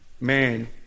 Man